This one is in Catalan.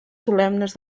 solemnes